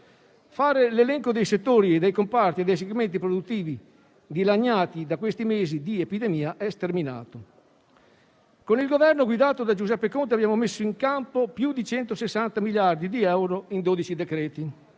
l'elenco dei settori, dei comparti e dei segmenti produttivi dilaniati dai mesi di epidemia è sterminato. Con il Governo guidato da Giuseppe Conte abbiamo messo in campo più di 160 miliardi di euro in 12 decreti;